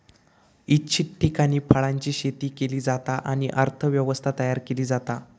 इच्छित ठिकाणी फळांची शेती केली जाता आणि अर्थ व्यवस्था तयार केली जाता